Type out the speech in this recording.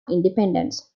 independence